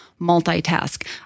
multitask